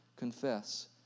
confess